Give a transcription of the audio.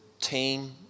team